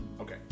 Okay